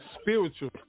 spiritual